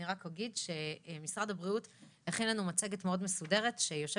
אני רק אגיד שמשרד הבריאות הכין לנו מצגת מאוד מסודרת שיושבת